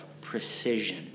precision